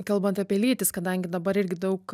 kalbant apie lytis kadangi dabar irgi daug